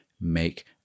make